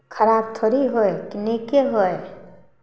खराप थोड़ी होय नीके होय